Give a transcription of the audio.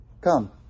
Come